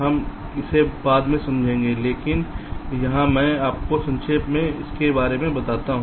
हम इसे बाद में समझाएंगे लेकिन यहाँ मैं आपको संक्षेप में इसके बारे में बताता हूँ